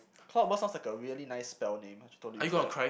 cloudburst sounds like a really nice spell name I should totally use that